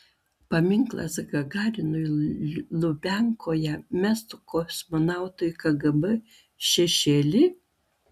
paminklas gagarinui lubiankoje mestų kosmonautui kgb šešėlį